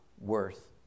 worth